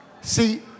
See